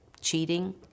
cheating